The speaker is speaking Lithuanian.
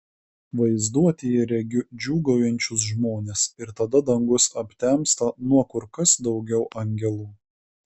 vaizduotėje regiu džiūgaujančius žmones ir tada dangus aptemsta nuo kur kas daugiau angelų